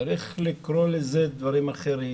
צריך לקרוא לזה דברים אחרים